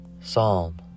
Psalm